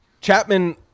Chapman